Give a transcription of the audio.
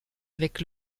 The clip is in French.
avec